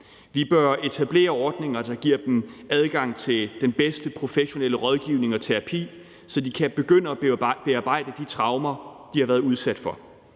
Vi bør etablere ordninger, der giver dem adgang til den bedste professionelle rådgivning og terapi, så de kan begynde at bearbejde de traumer, de har været udsat for.